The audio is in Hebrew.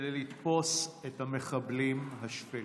כדי לתפוס את המחבלים השפלים.